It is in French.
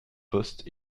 poste